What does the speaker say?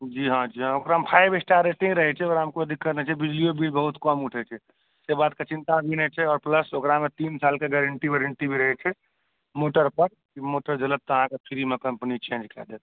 जी हँ जी हँ ओकरामे फाइव स्टार रेटिंग रहै छै कोई दिक्कत नहि छै बिजली बिलो बहुत कम उठै छै से बातके चिन्ता नहि छै और प्लस ओकरामे तीन सालके गैरन्टी वॉरेन्टी भी अबै छै मोटर पर मोटर जलत तऽ कम्पनी अहाँके फ्रीमे चेन्ज कऽ देत